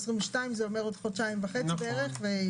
2022. זה אומר עוד חודשיים וחצי בערך.